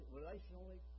relationally